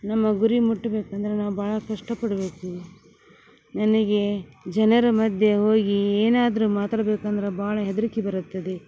ನಮ್ಮ ಗುರಿ ಮುಟ್ಬೇಕಂದ್ರೆ ನಾವು ಭಾಳ ಕಷ್ಟಪಡಬೇಕು ನನಗೆ ಜನರ ಮಧ್ಯ ಹೋಗಿ ಏನಾದರು ಮಾತಾಡ್ಬೇಕಂದ್ರೆ ಭಾಳ ಹೆದ್ರಿಕೆ ಬರುತ್ತದೆ